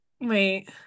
wait